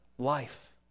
life